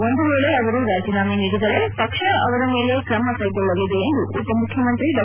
ಒಂದು ವೇಳೆ ಅವರು ರಾಜೀನಾಮೆ ನೀಡಿದರೆ ಪಕ್ಷ ಅವರ ಮೇಲೆ ಕ್ರಮ ಕೈಗೊಳ್ಳಲಿದೆ ಎಂದು ಉಪ ಮುಖ್ಯಮಂತ್ರಿ ಡಾ